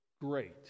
great